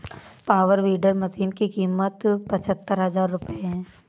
power weeder machine की कीमत पचहत्तर हजार रूपये है